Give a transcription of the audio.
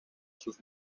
sus